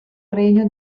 regno